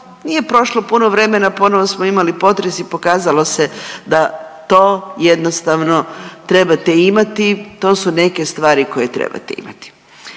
nije prošlo puno vremena ponovo smo imali potres i pokazalo se da to jednostavno trebate imati, to su neke stvari koje trebate imati.